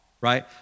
right